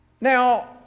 Now